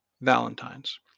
Valentine's